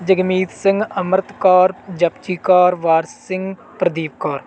Jagmeet Singh Amrit Kaur Japji Kaur Waris Singh Pradeep Kaur